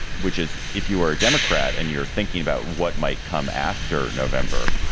which is if you are a democrat and you're thinking about what might come after november,